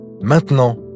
Maintenant